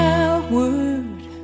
outward